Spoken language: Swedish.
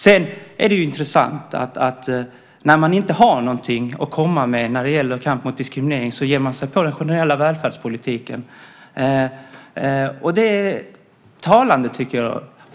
Sedan är det intressant att när man inte har någonting att komma med när det gäller kampen mot diskriminering ger man sig på den generella välfärdspolitiken,